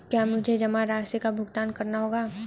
क्या मुझे जमा राशि का भुगतान करना होगा?